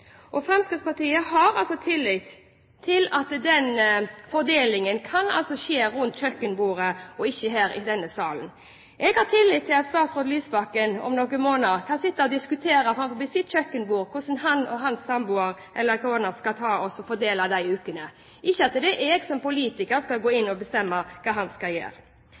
familien. Fremskrittspartiet har tillit til at fordelingen kan skje rundt kjøkkenbordet og ikke her i denne sal. Jeg har tillit til at statsråd Lysbakken om noen måneder kan sitte og diskutere ved sitt kjøkkenbord hvordan han og hans samboer eller kone kan fordele ukene. Det er ikke jeg som politiker som skal gå inn og bestemme hva han skal gjøre.